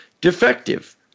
defective